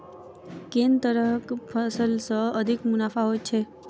केँ तरहक फसल सऽ अधिक मुनाफा होइ छै?